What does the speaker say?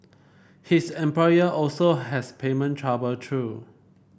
his employer also has payment trouble though